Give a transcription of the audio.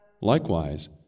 Likewise